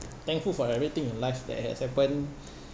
thankful for everything in life that has happened